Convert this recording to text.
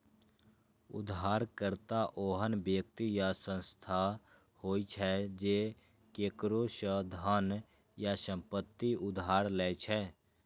उधारकर्ता ओहन व्यक्ति या संस्था होइ छै, जे केकरो सं धन या संपत्ति उधार लै छै